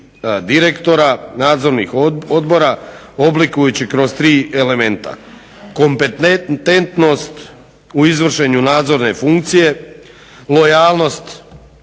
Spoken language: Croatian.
direktora nadzornih odbora oblikujući kroz tri elementa kompetentnost u izvršenju nadzorne funkcije, lojalnost